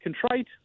contrite